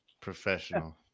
professional